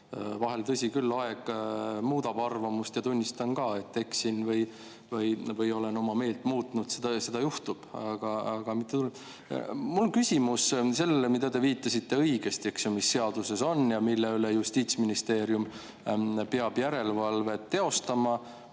Vahel, tõsi küll, aeg muudab arvamust ja tunnistan ka, et eksin või olen oma meelt muutnud, seda juhtub. Aga mul on küsimus selle kohta. Te viitasite õigesti, mis seaduses on ja mille üle Justiitsministeerium peab järelevalvet teostama